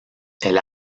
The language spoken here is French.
elle